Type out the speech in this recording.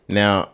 now